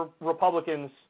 Republicans